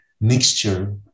mixture